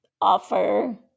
offer